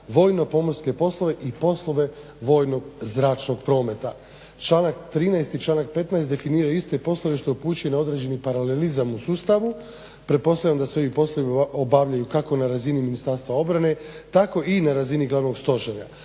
vojno-pomorske poslove i poslove vojnog-zračnog prometa." Članak 13. i članak 15. definiraju iste poslove što upućuje na određeni paralelizam u sustavu, pretpostavljam da se ovi poslovi obavljaju kako na razini Ministarstva obrane tako i na razini glavnog stožera.